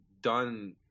done